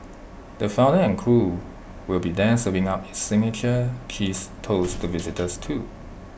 the founder and crew will be there serving up its signature cheese toast to visitors too